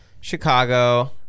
Chicago